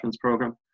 program